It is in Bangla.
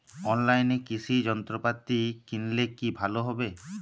অনলাইনে কৃষি যন্ত্রপাতি কিনলে কি ভালো হবে?